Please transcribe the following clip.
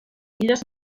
illes